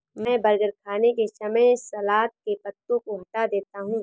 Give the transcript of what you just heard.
मैं बर्गर खाने के समय सलाद के पत्तों को हटा देता हूं